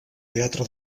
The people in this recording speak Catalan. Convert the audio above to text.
teatre